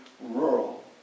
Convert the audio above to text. rural